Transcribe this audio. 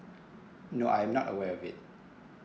no I'm not aware of it